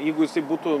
jeigu jisai būtų